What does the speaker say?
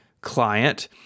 client